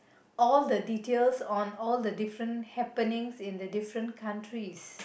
all the details on all the different happenings in the different countries